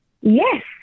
Yes